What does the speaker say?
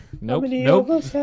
Nope